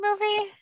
movie